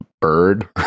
bird